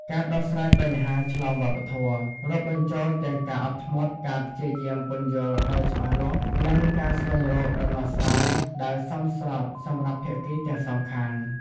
ការដោះស្រាយបញ្ហាឆ្លងវប្បធម៌ រាប់បញ្ចូលទាំងការអត់ធ្មត់ ការព្យាយាមពន្យល់ដោយច្បាស់លាស់ និងការស្វែងរកដំណោះស្រាយដែលសមស្របសម្រាប់ភាគីទាំងសងខាង។